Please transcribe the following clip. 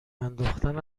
انداختن